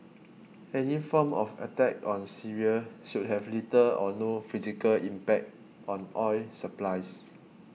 any form of attack on Syria should have little or no physical impact on oil supplies